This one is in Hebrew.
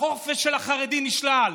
החופש של החרדים נשלל.